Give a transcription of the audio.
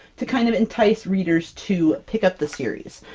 to kind of entice readers to pick up the series.